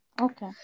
okay